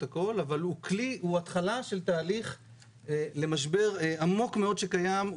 הכל אבל הוא התחלה של תהליך למשבר עמוק מאוד שקיים.